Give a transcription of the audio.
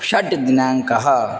षट् दिनाङ्कः